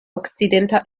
okcidenta